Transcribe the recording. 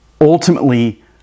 ultimately